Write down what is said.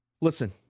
Listen